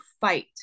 fight